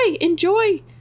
enjoy